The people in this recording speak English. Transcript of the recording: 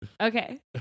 Okay